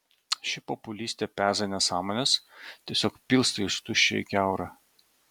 ši populistė peza nesąmones tiesiog pilsto iš tuščio į kiaurą